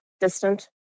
distant